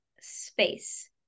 Space